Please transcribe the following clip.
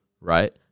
Right